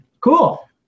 Cool